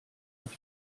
auf